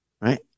right